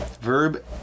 Verb